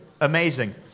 Amazing